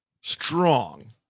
strong